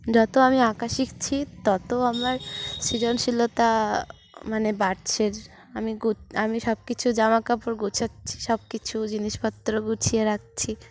যত আমি আঁকা শিখছি তত আমার সৃজনশীলতা মানে বাড়ছে আমি গ আমি সব কিছু জামাাকাপড় গোছাচ্ছি সব কিছু জিনিসপত্র গুছিয়ে রাখছি